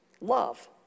Love